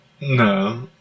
No